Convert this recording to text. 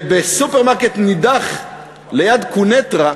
בסופרמרקט נידח ליד קוניטרה,